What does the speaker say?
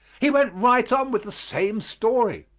he went right on with the same story.